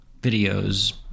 videos